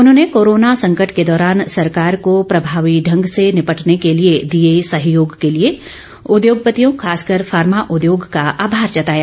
उन्होंने कोरोना संकट के दौरान सरकार को प्रभावी ढंग से निपटने के लिए दिए सहयोग के लिए उद्योगपतियों खासकर फार्मा उद्योग का आभार जताया